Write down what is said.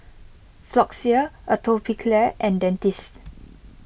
Floxia Atopiclair and Dentiste